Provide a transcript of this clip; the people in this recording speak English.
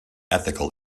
ethical